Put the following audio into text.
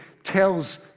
tells